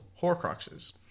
horcruxes